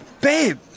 Babe